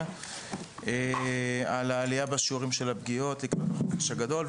של העלייה בשיעורים של הפגיעות בעקבות החופש הגדול,